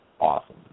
awesome